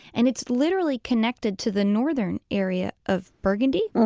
and it's literally connected to the northern area of burgundy.